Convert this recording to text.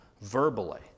verbally